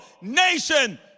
nation